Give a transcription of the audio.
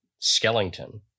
Skellington